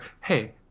hey